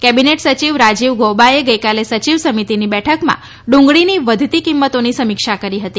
cabinet સચિવ રાજીવ ગૌબાએ ગઇકાલે સચિવ સમિતીની બેઠકમાં ડુંગળીની વધતી કિંમતોની સમીક્ષા કરી હતી